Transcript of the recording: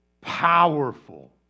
powerful